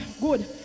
good